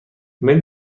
میل